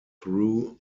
through